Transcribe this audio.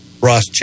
Ross